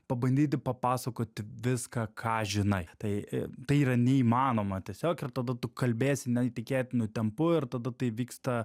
pabandyti papasakoti viską ką žinai tai tai yra neįmanoma tiesiog ir tada tu kalbėsi neįtikėtinu tempu ir tada tai vyksta